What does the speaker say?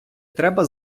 треба